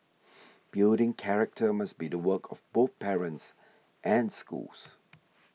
building character must be the work of both parents and schools